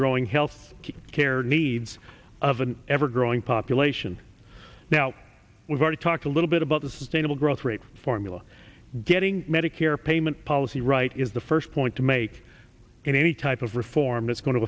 growing health the care needs of an ever growing population now we've already talked a little bit about the sustainable growth rate formula getting medicare payment policy right is the first point to make in any type of reform it's going to